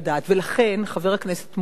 ולכן, חבר הכנסת מולה,